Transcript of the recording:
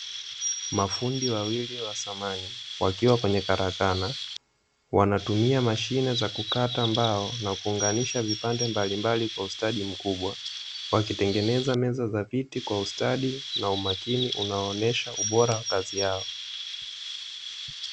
Mafundi wawili wa samani wakiwa kwenye karakana wanatumia mashine za kukata mbao na kuunganisha vipande mbalimbali kwa ustadi mkubwa, wakitengeneza meza na viti kwa ustadi na umakini unaoonyesha ubora wa kazi yao.